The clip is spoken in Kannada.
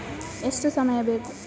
ಎಷ್ಟು ಸಮಯ ಬೇಕು?